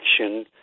action